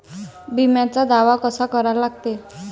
बिम्याचा दावा कसा करा लागते?